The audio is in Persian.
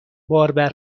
باربر